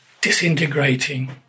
disintegrating